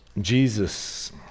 Jesus